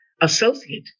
Associate